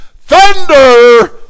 thunder